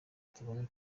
tubone